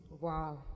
Wow